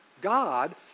God